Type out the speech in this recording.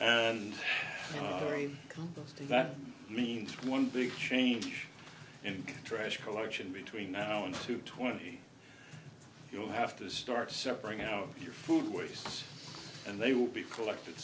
and that means one big change in trash collection between now and two twenty you'll have to start separating out your food ways and they will be collected